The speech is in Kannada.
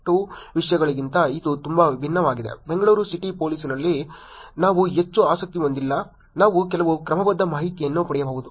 2 ವಿಷಯಗಳಿಗಿಂತ ಇದು ತುಂಬಾ ಭಿನ್ನವಾಗಿದೆ ಬೆಂಗಳೂರು ಸಿಟಿ ಪೊಲೀಸ್ನಲ್ಲಿ ನಾವು ಹೆಚ್ಚು ಆಸಕ್ತಿ ಹೊಂದಿದ್ದಲ್ಲಿ ನಾವು ಕೆಲವು ಕ್ರಮಬದ್ಧ ಮಾಹಿತಿಯನ್ನು ಪಡೆಯಬಹುದು